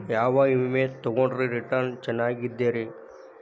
ಯಾವ ವಿಮೆ ತೊಗೊಂಡ್ರ ರಿಟರ್ನ್ ಚೆನ್ನಾಗಿದೆರಿ?